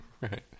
right